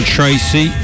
Tracy